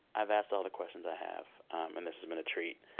i've asked all the questions i have, and this has been a treat,